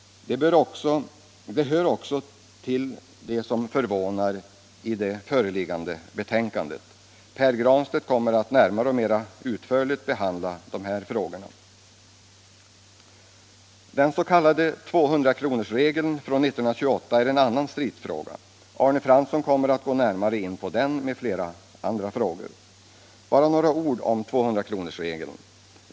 Det hör också till det förvånande i det föreliggande betänkandet. Pär Granstedt kommer att närmare och mer utförligt behandla dessa frågor. Den s.k. 200-kronorsregeln från 1928 är en annan stridsfråga. Arne Fransson kommer att gå närmare in på den och andra frågor. Bara några ord om 200-kronorsregeln.